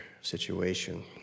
situation